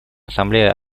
ассамблея